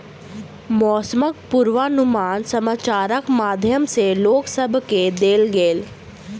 मौसमक पूर्वानुमान समाचारक माध्यम सॅ लोक सभ केँ देल गेल